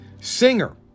Singer